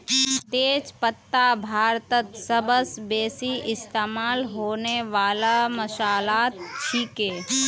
तेज पत्ता भारतत सबस बेसी इस्तमा होने वाला मसालात छिके